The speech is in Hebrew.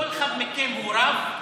תגיד, כל אחד מכם הוא רב?